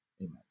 Amen